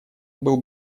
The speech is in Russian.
был